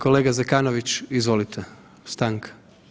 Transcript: Kolega Zekanović, izvolite, stanka.